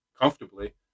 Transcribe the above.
Comfortably